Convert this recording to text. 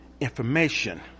information